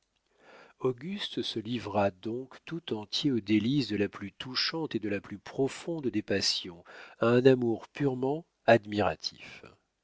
auguste se livra donc tout entier aux délices de la plus touchante et de la plus profonde des passions à un amour purement admiratif